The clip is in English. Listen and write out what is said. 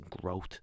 growth